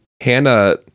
Hannah